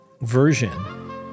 version